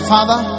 Father